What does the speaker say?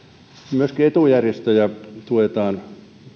myöskin etujärjestöjä tuetaan